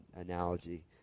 analogy